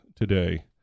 today